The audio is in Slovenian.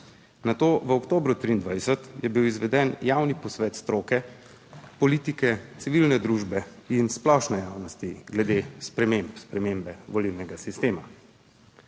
nato v oktobru 2023 je bil izveden javni posvet stroke politike, civilne družbe in splošne javnosti glede sprememb, spremembe volilnega sistema.